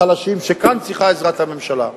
וכאן צריכה לבוא עזרת הממשלה.